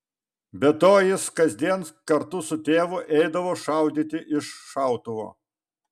be to jis kasdien kartu su tėvu eidavo šaudyti iš šautuvo